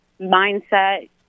mindset